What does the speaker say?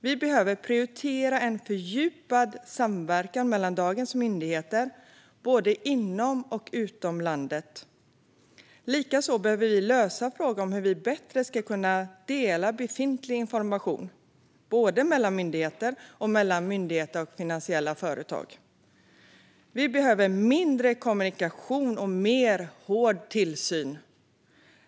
Vi behöver prioritera en fördjupad samverkan mellan dagens myndigheter både inom och utom landet. Likaså behöver vi lösa frågan om hur vi bättre ska kunna dela befintlig information både mellan myndigheter och mellan myndigheter och finansiella företag. Vi behöver mindre kommunikation och mer hård tillsyn.